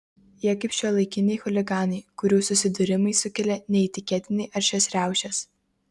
jie kaip šiuolaikiniai chuliganai kurių susidūrimai sukelia neįtikėtinai aršias riaušes